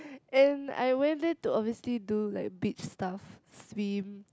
and I went there to obviously do like beach stuff swim